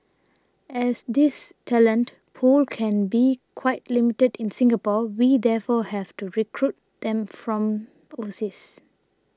as this talent pool can be quite limited in Singapore we therefore have to recruit them from overseas